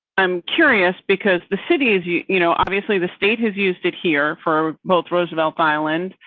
i'm curious, because the city is, you you know, obviously the state has used it here for both roosevelt island,